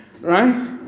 right